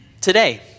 today